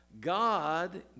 God